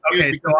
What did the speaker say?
Okay